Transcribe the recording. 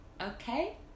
okay